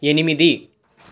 ఎనిమిది